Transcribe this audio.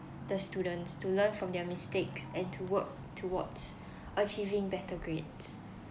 the students to learn from their mistakes and to work towards achieving better grades